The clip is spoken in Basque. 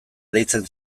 deitzen